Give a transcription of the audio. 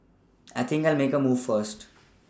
I think I'll make a move first